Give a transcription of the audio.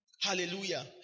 hallelujah